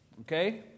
Okay